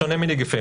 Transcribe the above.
בשונה מנגיפים